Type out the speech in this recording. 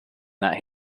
that